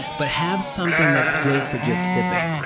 but have something that's good for just sipping.